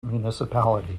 municipality